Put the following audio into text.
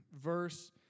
verse